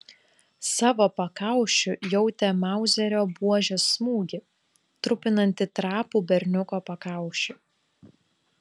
savo pakaušiu jautė mauzerio buožės smūgį trupinantį trapų berniuko pakaušį